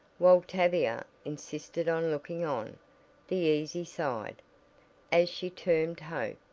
while tavia insisted on looking on the easy side as she termed hope.